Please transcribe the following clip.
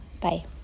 Bye